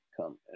come